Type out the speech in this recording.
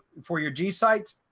for your g sites,